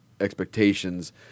expectations